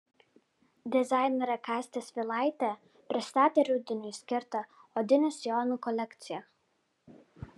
dizainerė kastė svilaitė pristatė rudeniui skirtą odinių sijonų kolekciją